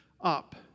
up